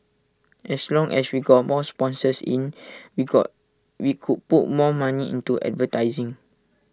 as long as we got more sponsors in we got we could put more money into advertising